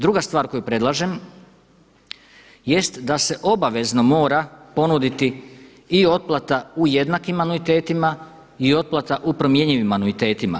Druga stvar koju predlažem, jest da se obavezno mora ponuditi i otplata u jednakim anuitetima i otplata u promjenjivim anuitetima.